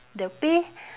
the pay